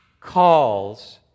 calls